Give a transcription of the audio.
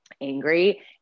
angry